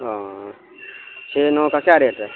ہ چ نو کا کیا ریٹ ہے